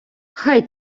хай